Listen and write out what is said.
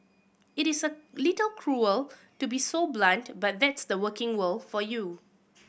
it is a little cruel to be so blunt but that's the working world for you